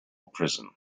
prison